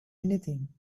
anything